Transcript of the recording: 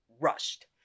rushed